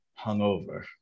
hungover